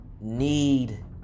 need